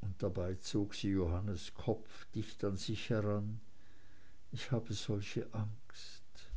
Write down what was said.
und dabei zog sie johannas kopf dicht an sich heran ich habe solche angst